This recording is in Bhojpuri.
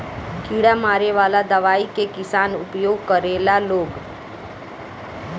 कीड़ा मारे वाला दवाई के किसान उपयोग करेला लोग